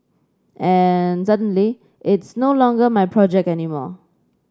and suddenly it's no longer my project anymore